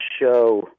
show